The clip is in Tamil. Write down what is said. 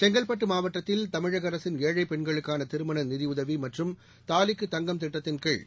செங்கல்பட்டு மாவட்டத்தில் தமிழக அரசின் ஏழைப் பெண்களுக்கான திருமண நிதயுதவி மற்றும் தாலிக்குத் தங்கம் திட்டத்தின் கீழ்